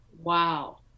wow